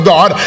God